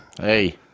Hey